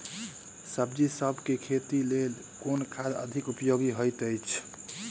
सब्जीसभ केँ खेती केँ लेल केँ खाद अधिक उपयोगी हएत अछि?